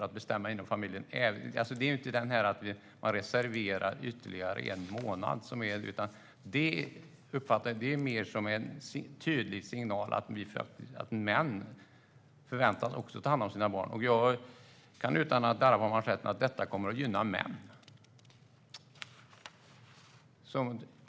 Att man reserverar ytterligare en månad är en tydlig signal att män också förväntas ta hand om sina barn. Jag kan utan att darra på manschetten säga att detta kommer att gynna män.